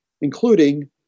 including